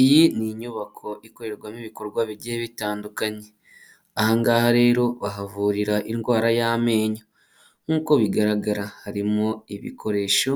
Iyi ni inyubako ikorerwamo ibikorwa bigiye bitandukanye. Aha ngaha rero bahavurira indwara y'amenyo. Nk'uko bigaragara harimo ibikoresho,